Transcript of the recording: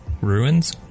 ruins